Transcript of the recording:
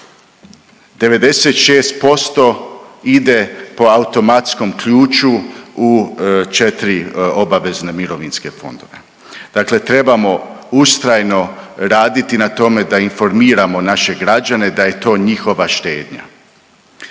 96% ide po automatskom ključu u četri obavezna mirovinske fondove, dakle trebamo ustrajno raditi na tome da informiramo naše građane da je to njihova štednja.